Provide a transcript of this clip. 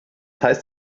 heißt